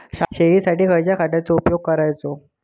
शेळीसाठी खयच्या खाद्यांचो उपयोग करायचो?